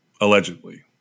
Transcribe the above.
allegedly